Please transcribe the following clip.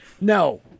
No